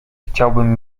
chciałabym